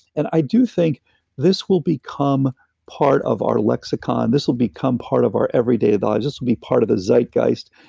and i do think this will become part of our lexicon, this will become part of our everyday lives, this will be part of the zeitgeist,